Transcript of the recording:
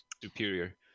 superior